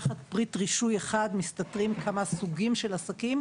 תחת פריט רישוי אחד מסתתרים כמה סוגי עסקים,